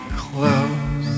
close